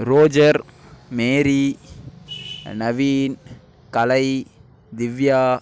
Roger Mary Naveen Kalai Divya